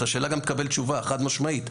על השאלה גם תקבל תשובה, חד-משמעית.